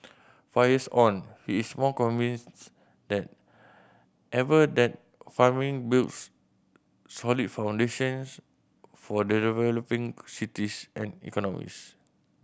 five years on he is more convinced than ever that farming builds solid foundations for cities and economies